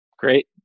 Great